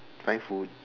find food